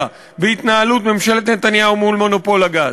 בהתנהלות ממשלת נתניהו מול מונופול הגז.